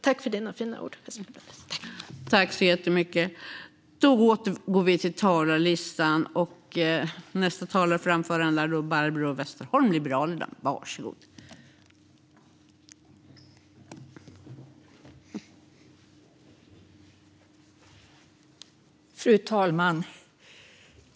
Tack för dina fina ord, Yasmine Bladelius!